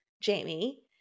Jamie